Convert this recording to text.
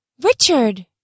Richard